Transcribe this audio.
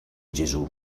gesù